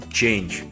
change